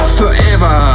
forever